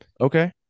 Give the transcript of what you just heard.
Okay